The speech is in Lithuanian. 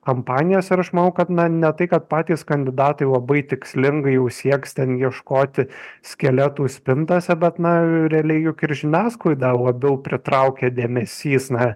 kampanijos ir aš manau kad na ne tai kad patys kandidatai labai tikslingai jau sieks ten ieškoti skeletų spintuose bet na realiai juk ir žiniasklaidą labiau pritraukia dėmesys na